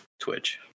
Twitch